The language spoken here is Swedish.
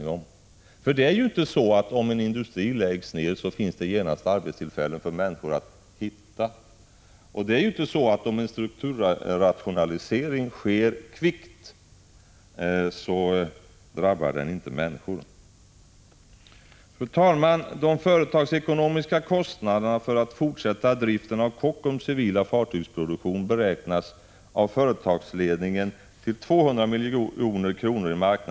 Det är ju inte så att det om en industri läggs ned genast finns arbetstillfällen för människorna. Det är ju inte så att en strukturomvandling som sker kvickt inte drabbar människorna. Fru talman! De företagsekonomiska kostnaderna, i form av årligt marknadsstöd, för att man skall kunna fortsätta Kockums civila fartygsproduktion beräknas av företagsledningen till 200 milj.kr.